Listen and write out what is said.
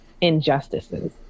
injustices